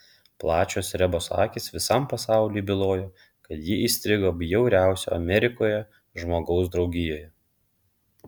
plačios rebos akys visam pasauliui bylojo kad ji įstrigo bjauriausio amerikoje žmogaus draugijoje